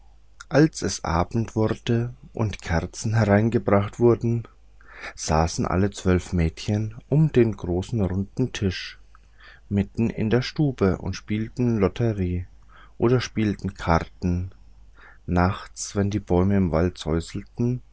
als es abend wurde und kerzen hereingebracht wurden saßen alle zwölf mädchen um den großen runden tisch mitten in der stube und spielten lotterie oder spielten karten nachts wenn die bäume im walde